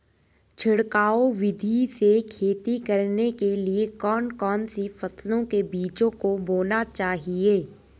छिड़काव विधि से खेती करने के लिए कौन कौन सी फसलों के बीजों को बोना चाहिए?